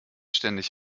ständig